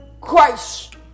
Christ